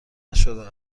نشده